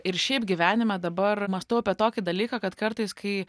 ir šiaip gyvenime dabar mąstau apie tokį dalyką kad kartais kai